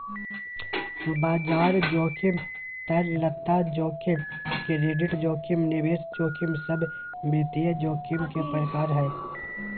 बाजार जोखिम, तरलता जोखिम, क्रेडिट जोखिम, निवेश जोखिम सब वित्तीय जोखिम के प्रकार हय